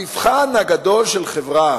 המבחן הגדול של חברה